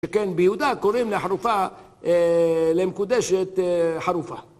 שכן ביהודה קוראים לחרופה.. למקודשת חרופה